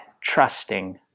trusting